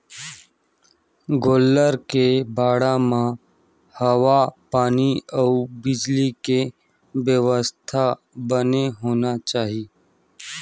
गोल्लर के बाड़ा म हवा पानी अउ बिजली के बेवस्था बने होना चाही